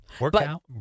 Workout